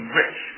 rich